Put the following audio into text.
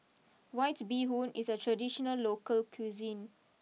White Bee Hoon is a traditional local cuisine